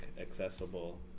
accessible